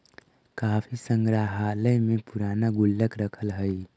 काफी संग्रहालय में पूराना गुल्लक रखल हइ